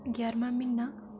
गैह्ररमां म्हीना